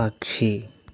పక్షి